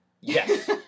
Yes